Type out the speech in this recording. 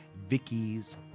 Vicky's